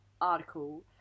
article